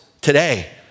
today